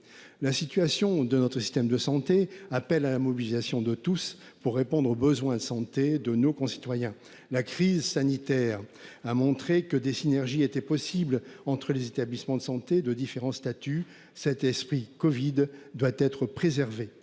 La situation de notre système de santé appelle à la mobilisation de tous, pour répondre aux besoins de santé de nos concitoyens. La crise sanitaire a montré que des synergies étaient possibles entre les établissements de santé de différents statuts. Cet esprit de la covid-19 doit être préservé.